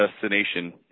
destination